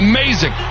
Amazing